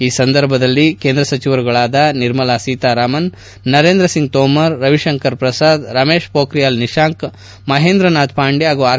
ಈ ಸಂದರ್ಭದಲ್ಲಿ ಕೇಂದ್ರ ಸಚಿವರುಗಳಾದ ನಿರ್ಮಲಾ ಸೀತಾರಾಮನ್ ನರೇಂದ್ರ ಸಿಂಗ್ ತೋಮರ್ ರವಿಶಂಕರ್ ಪ್ರಸಾದ್ ರಮೇಶ್ ಮೋಖಿಯಾಲ್ ನಿಶಾಂಕ್ ಮಹೇಂದ್ರನಾಥ್ ಪಾಂಡೆ ಹಾಗೂ ಆರ್